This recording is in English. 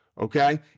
okay